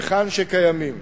היכן שקיימים